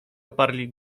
oparli